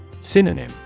Synonym